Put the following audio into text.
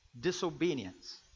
disobedience